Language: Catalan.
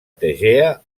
tegea